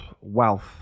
wealth